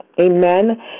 amen